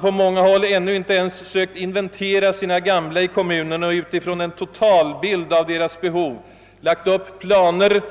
På många håll har man ännu inte ens försökt inventera sina gamla i kommunen och utifrån en totalbild av deras behov lägga upp planer